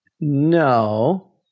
No